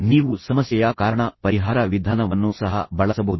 ನೀವು ಸಮಸ್ಯೆಯ ಕಾರಣ ಪರಿಹಾರ ವಿಧಾನವನ್ನು ಸಹ ಬಳಸಬಹುದು